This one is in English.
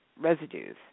residues